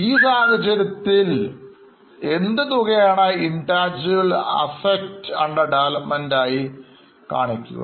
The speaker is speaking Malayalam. ഈ സാഹചര്യത്തിൽ എന്ത് തുകയാണ് intangible assets under development ആയി കാണിക്കുക